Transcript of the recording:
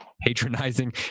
patronizing